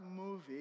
movie